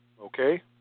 okay